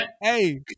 Hey